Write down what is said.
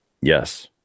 Yes